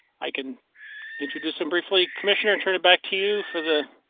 i can introduce and briefly commissioner and turn it back to you for the.